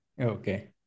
Okay